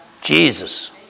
Jesus